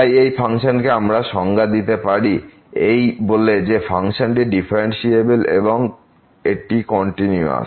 তাই এই ফাংশনকে আমরা সংজ্ঞা দিতে পারি এই বলে যে ফাংশনটি ডিফারেন্সিএবেল এবং এটি কন্টিনুওস